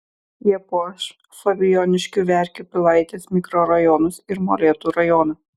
jie puoš fabijoniškių verkių pilaitės mikrorajonus ir molėtų rajoną